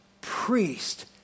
priest